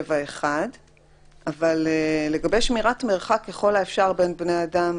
7(1). אבל לגבי שמירת מרחק ככל האפשר בין בני אדם,